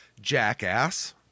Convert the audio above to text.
jackass